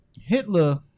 Hitler